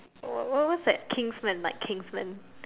wh~ what was that Kingsmen like Kingsmen